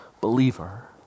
believer